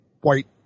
white